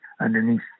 underneath